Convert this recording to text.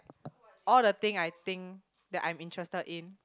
all the thing I think that I'm interested in